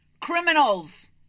Criminals